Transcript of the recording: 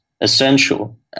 essential